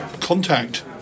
contact